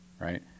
right